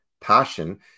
passion